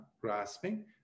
grasping